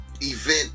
event